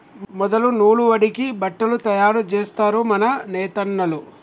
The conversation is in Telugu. మొదలు నూలు వడికి బట్టలు తయారు జేస్తరు మన నేతన్నలు